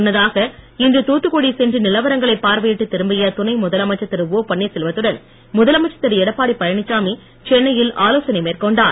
முன்னதாக இன்று தாத்துக்குடி சென்று நிலவரங்களை பார்வையிட்டு திரும்பி துணை முதலமைச்சர் திருஷபன்வீர்செல்வத்துடன் முதலமைச்சர் திருஷப்பாடியழனிச்சாமி சென்னையில் ஆலோசனை மேற்கொண்டார்